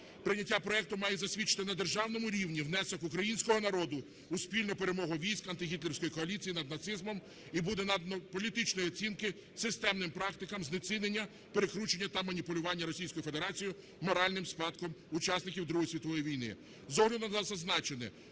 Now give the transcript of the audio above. Прийняття проекту має засвідчити на державному рівні внесок українського народу у спільну перемогу військ антигітлерівської коаліції над нацизмом, і буде надано політичної оцінки системним практикам знецінення, перекручення та маніпулювання Російською Федерацією моральним спадком учасників Другої світової війни. З огляду на зазначене